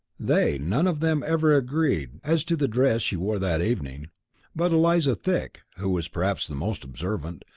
they none of them ever agreed as to the dress she wore that evening but eliza thick, who was perhaps the most observant,